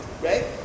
right